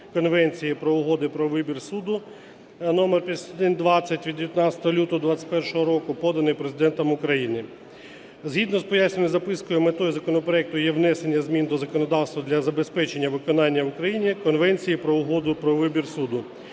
Конвенції про угоди про вибір суду № 5120 від 19 лютого 2021 року, поданий Президентом України. Згідно з пояснювальною запискою метою законопроекту є внесення змін до законодавства для забезпечення виконання Україною Конвенції про угоди про вибір суду,